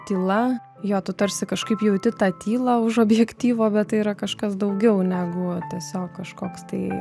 tyla jo tu tarsi kažkaip jauti tą tylą už objektyvo bet tai yra kažkas daugiau negu buvo tiesiog kažkoks tai